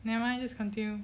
never mind just continue